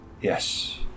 Yes